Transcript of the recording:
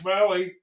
Valley